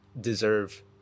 deserve